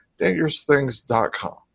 DangerousThings.com